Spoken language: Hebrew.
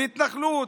מהתנחלות,